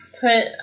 Put